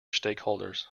stakeholders